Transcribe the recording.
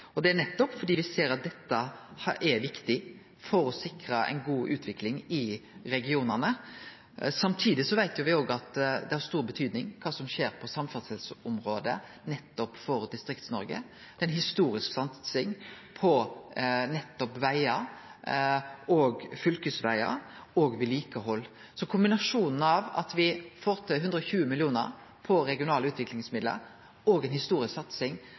kr. Det er nettopp fordi me ser at dette er viktig for å sikre ei god utvikling i regionane. Samtidig veit me òg at det har stor betydning kva som skjer på samferdselsområdet, nettopp for Distrikts-Noreg. Det er ei historisk satsing på vegar og fylkesvegar og på vedlikehald. Kombinasjonen av at me får til 120 mill. kr på regionale utviklingsmidlar og ei historisk satsing